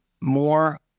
more